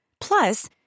Plus